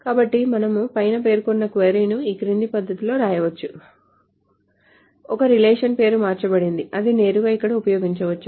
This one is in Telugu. కాబట్టి మనము పైన పేర్కొన్న క్వరీ ను ఈ క్రింది పద్ధతిలో వ్రాయవచ్చు ఒక రిలేషన్ పేరు మార్చబడింది అది నేరుగా ఇక్కడ ఉపయోగించవచ్చు